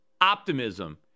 optimism